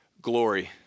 Glory